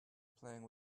playing